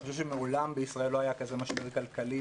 אני חושב שמעולם בישראל לא היה משבר כלכלי כזה,